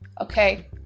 okay